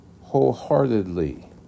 wholeheartedly